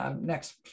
next